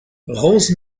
rose